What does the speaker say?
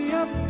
up